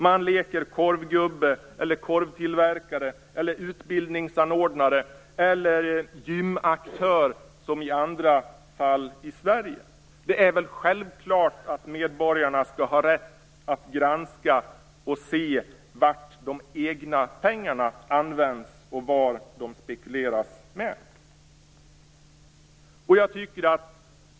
Man leker korvgubbe, korvtillverkare, utbildningsanordnare eller gymaktör, som i andra fall i Sverige. Det är väl självklart att medborgarna skall ha rätt att granska hur de egna pengarna används och vad de spekuleras i.